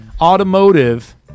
automotive